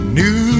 new